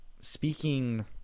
speaking